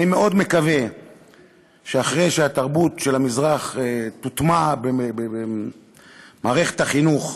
אני מאוד מקווה שאחרי שהתרבות של המזרח תוטמע במערכת החינוך,